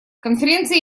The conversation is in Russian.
конференция